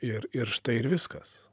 ir ir štai ir viskas